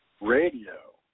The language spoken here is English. radio